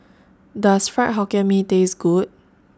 Does Fried Hokkien Mee Taste Good